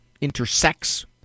intersects